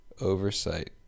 oversight